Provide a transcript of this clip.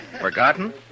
Forgotten